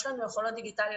יש לנו יכולות דיגיטליות,